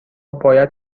باید